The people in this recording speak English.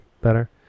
better